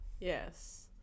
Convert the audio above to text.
Yes